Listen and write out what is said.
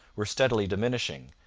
were steadily diminishing,